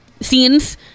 scenes